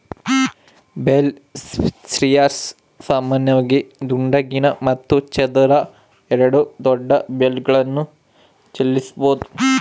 bale spears ಸಾಮಾನ್ಯವಾಗಿ ದುಂಡಗಿನ ಮತ್ತು ಚದರ ಎರಡೂ ದೊಡ್ಡ ಬೇಲ್ಗಳನ್ನು ಚಲಿಸಬೋದು